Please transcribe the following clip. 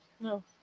No